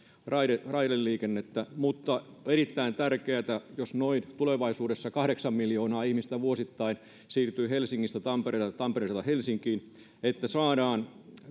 raideliikennettä mutta on erittäin tärkeätä että jos tulevaisuudessa noin kahdeksan miljoonaa ihmistä vuosittain siirtyy helsingistä tampereelle ja tampereelta helsinkiin niin saadaan